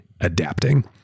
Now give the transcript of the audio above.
Adapting